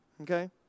Okay